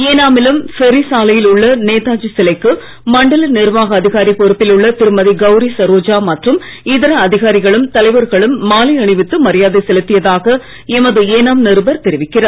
ஏனாமிலும் ferry சாலையில் உள்ள நேதாஜி சிலைக்கு மண்டல நிர்வாக அதிகாரி பொறுப்பில் உள்ள திருமதி கவுரி சரோஜா மற்றும் இதர அதிகாரிகளும் தலைவர்களும் மாலை அணிவித்து மரியாதை செலுத்தியதாக எமது ஏனாம் நிருபர் தெரிவிக்கிறார்